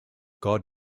god